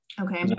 Okay